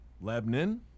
Lebanon